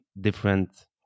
different